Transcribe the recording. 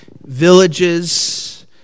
villages